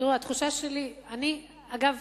אגב,